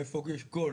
איפה יש 'כל'?